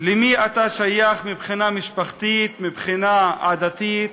למי אתה שייך מבחינה משפחתית, מבחינה עדתית,